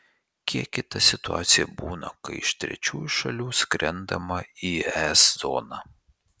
kiek kita situacija būna kai iš trečiųjų šalių skrendama į es zoną